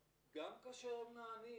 גם כאשר נענים